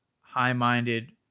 high-minded